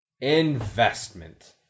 Investment